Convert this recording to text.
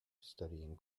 studying